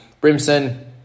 Brimson